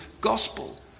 gospel